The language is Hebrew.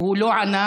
הוא לא ענה,